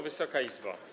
Wysoka Izbo!